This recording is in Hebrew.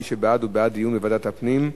מי שבעד הוא בעד דיון בוועדת הפנים,